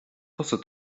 tusa